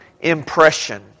impression